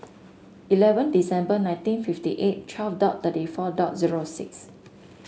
eleven December nineteen fifty eight twelve dot thirty four dot zero six